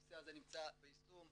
הנושא הזה נמצא ביישום,